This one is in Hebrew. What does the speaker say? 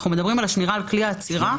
פה אנחנו מדברים על שמירה על כלי אצירה,